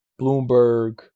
Bloomberg